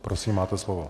Prosím, máte slovo.